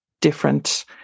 different